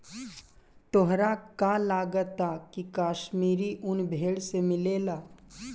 तोहरा का लागऽता की काश्मीरी उन भेड़ से मिलेला